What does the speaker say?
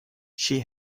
she